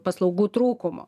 paslaugų trūkumu